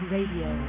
Radio